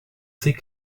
ses